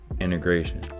integration